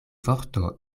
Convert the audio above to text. vorto